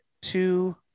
two